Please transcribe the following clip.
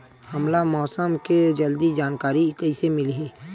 हमला मौसम के जल्दी जानकारी कइसे मिलही?